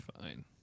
fine